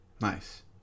nice